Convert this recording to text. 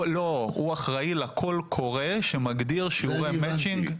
לא, הוא אחראי לקול קורא שמגדיר שיעורי המצ'ינג.